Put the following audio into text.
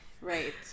Right